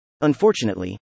Unfortunately